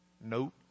Nope